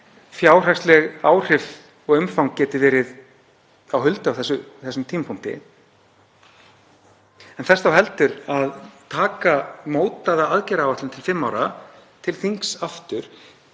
fjárhagsleg áhrif og umfang geti verið huldu á þessum tímapunkti en þess þá heldur að taka mótaða aðgerðaáætlun til fimm ára til þings aftur